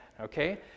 okay